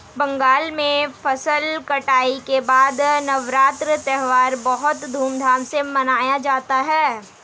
बंगाल में फसल कटाई के बाद नवान्न त्यौहार बहुत धूमधाम से मनाया जाता है